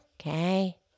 okay